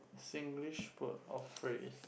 Singlish word or phrase